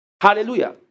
Hallelujah